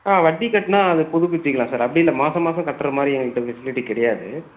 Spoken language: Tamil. ஆ வட்டி கட்டினா அது புதுப்பிச்சிக்கலாம் சார் அப்படியில்ல மாதம் மாதம் கட்டுற மாதிரி எங்கள்க்கிட்ட ஃபெசிலிட்டி கிடையாது